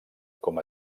com